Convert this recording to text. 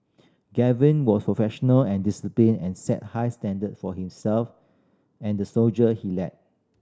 Gavin was professional and disciplined and set high standard for himself and the soldier he led